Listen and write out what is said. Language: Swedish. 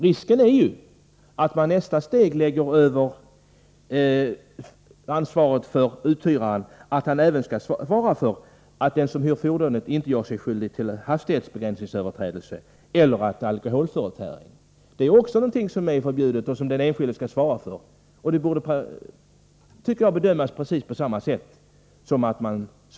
Risken är ju att man i nästa steg begär att uthyraren även skall svara för att den som hyr fordonet inte gör sig skyldig till hastighetsbegränsningsöverträdelser eller rattfylleri. Sådana förseelser skall den enskilde svara för, och parkeringsöverträdelser borde bedömas på precis samma sätt. Herr talman!